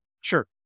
Sure